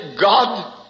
God